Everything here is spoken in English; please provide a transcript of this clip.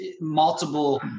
multiple